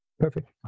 Perfect